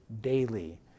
daily